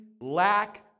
lack